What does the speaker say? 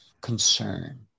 concern